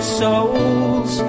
souls